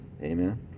Amen